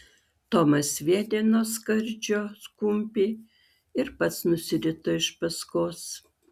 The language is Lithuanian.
tomas sviedė nuo skardžio kumpį ir pats nusirito iš paskos